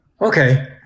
Okay